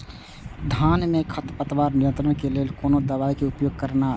धान में खरपतवार नियंत्रण के लेल कोनो दवाई के उपयोग करना चाही?